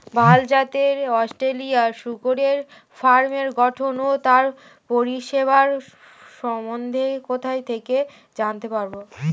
ভাল জাতের অস্ট্রেলিয়ান শূকরের ফার্মের গঠন ও তার পরিবেশের সম্বন্ধে কোথা থেকে জানতে পারবো?